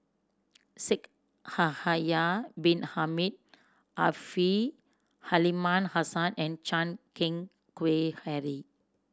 Shaikh Yahya Bin Ahmed Afifi Aliman Hassan and Chan Keng Howe Harry